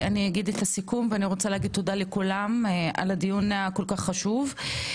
אני רוצה להגיד לכולם תודה על דיון כל כך חשוב.